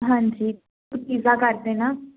ਹਾਂਜੀ ਪੀਜ਼ਾ ਕਰ ਦੇਣਾ